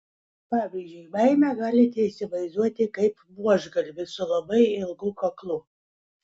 pavyzdžiui baimę galite įsivaizduoti kaip buožgalvį su labai ilgu kaklu